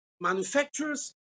manufacturers